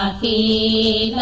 the